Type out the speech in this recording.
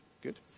good